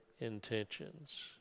intentions